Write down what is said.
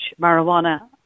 marijuana